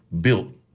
built